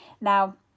Now